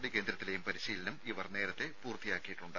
D കേന്ദ്രത്തിലെയും പരിശീലനം നേരത്തെ ഇവർ പൂർത്തിയാക്കിയിട്ടുണ്ട്